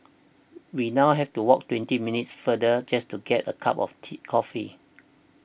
we now have to walk twenty minutes farther just to get a cup of tea coffee